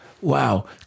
wow